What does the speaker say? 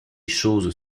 choses